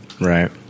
Right